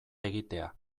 egitea